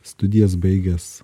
studijas baigęs